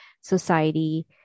society